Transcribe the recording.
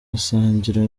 musangiro